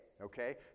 okay